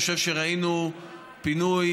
אני חושב שראינו פינוי,